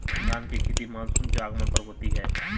धान की खेती मानसून के आगमन पर होती है